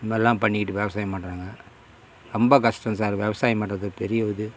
இது மாதிரிலாம் பண்ணிக்கிட்டு விவசாயம் பண்ணுறாங்க ரொம்ப கஷ்டம் சார் விவசாயம் பண்ணுறது பெரிய இது